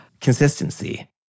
Consistency